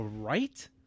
Right